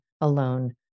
alone